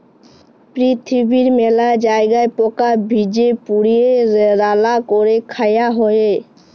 পিরথিবীর মেলা জায়গায় পকা ভেজে, পুড়িয়ে, রাল্যা ক্যরে খায়া হ্যয়ে